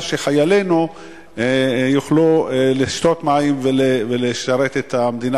שחיילינו יוכלו לשתות מים ולשרת את המדינה,